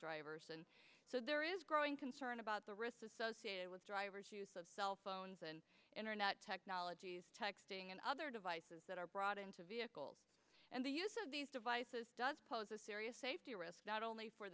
drivers and so there is growing concern about the risks associated with drivers use of cell phones and internet technologies texting and other devices that are brought into vehicles and the use of these devices does pose a serious safety risk not only for